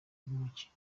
mikino